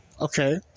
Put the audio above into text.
Okay